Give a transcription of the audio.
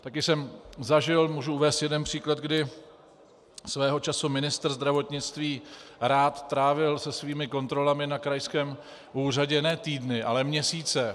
Taky jsem zažil, můžu uvést jeden příklad, kdy svého času ministr zdravotnictví Rath trávil se svými kontrolami na krajském úřadě ne týdny, ale měsíce.